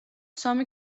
სამი